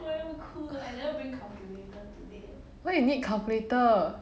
why you need calculator